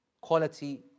Quality